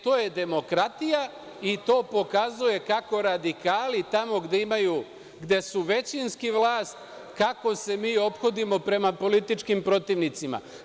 To je demokratija i to pokazuje kako radikali tamo gde su većinski vlast, kako se mi ophodimo prema političkim protivnicima.